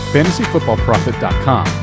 FantasyFootballProfit.com